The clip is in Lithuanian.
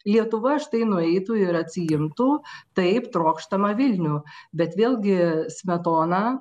lietuva štai nueitų ir atsiimtų taip trokštamą vilnių bet vėlgi smetona